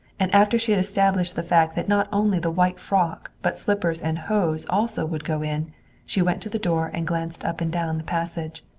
and after she had established the fact that not only the white frock but slippers and hose also would go in she went to the door and glanced up and down the passage.